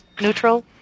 neutral